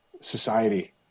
society